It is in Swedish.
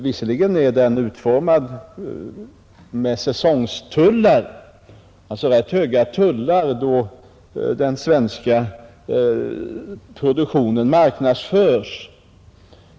Det är utformat med säsongstullar, dvs. rätt höga tullar då den svenska produktionen marknadsförs.